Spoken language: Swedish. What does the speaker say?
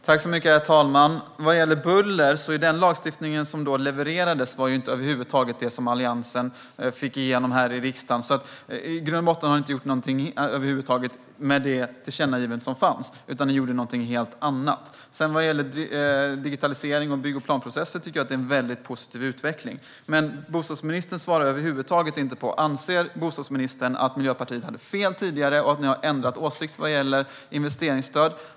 Herr talman! Vad gäller buller var den lagstiftning som levererades över huvud taget inte det som Alliansen fick igenom här i riksdagen. I grund och botten har ni inte gjort någonting alls med det tillkännagivandet, utan ni gjorde någonting helt annat. Vad gäller digitalisering av bygg och planprocesser tycker jag att det är en mycket positiv utveckling. Men bostadsministern svarar inte på mina frågor. Anser bostadsministern att Miljöpartiet hade fel tidigare och att ni har ändrat åsikt vad gäller investeringsstöd?